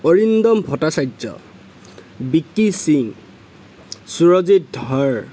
অৰিন্দম ভট্টচাৰ্য বিকি সিং সুৰজিত ধাৰ